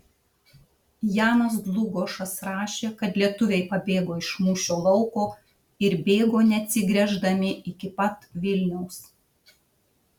janas dlugošas rašė kad lietuviai pabėgo iš mūšio lauko ir bėgo neatsigręždami iki pat vilniaus